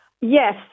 Yes